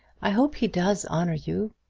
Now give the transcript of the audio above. i hope he does honour you.